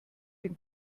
den